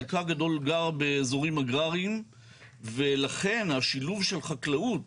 חלקה הגדול גר באזורים אגרריים ולכן השילוב של חקלאות